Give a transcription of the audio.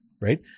Right